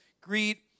Greet